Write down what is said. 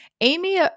Amy